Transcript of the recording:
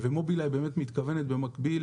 מובילאיי באמת מתכוונת במקביל